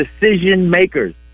decision-makers